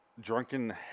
drunken